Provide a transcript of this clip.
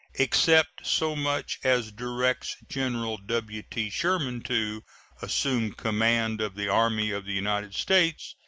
except so much as directs general w t. sherman to assume command of the army of the united states,